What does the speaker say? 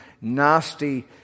nasty